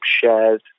shares